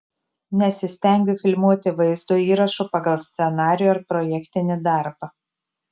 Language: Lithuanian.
nesistengiu filmuoti vaizdo įrašų pagal scenarijų ar projektinį darbą